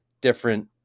different